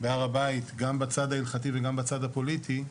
בהר הבית, גם בצד ההלכתי וגם בצד הפוליטי,